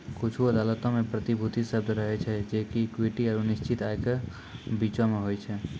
कुछु अदालतो मे प्रतिभूति शब्द रहै छै जे कि इक्विटी आरु निश्चित आय के बीचो मे होय छै